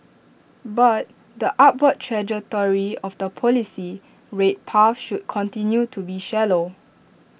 but the upward trajectory of the policy rate path should continue to be shallow